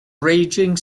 raging